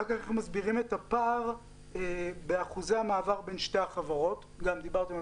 בנוסף, איך מסבירים את הפער בין שתי החברות בכל מה